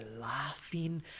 laughing